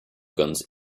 guns